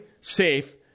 safe